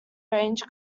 range